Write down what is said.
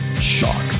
Shock